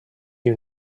you